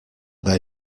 their